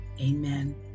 Amen